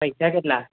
પૈસા કેટલા